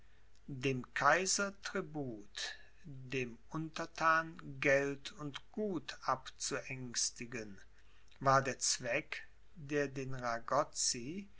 dem kaiser tribut dem unterthan geld und gut abzuängstigen war der zweck der den